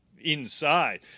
Inside